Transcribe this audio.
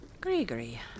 Gregory